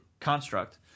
construct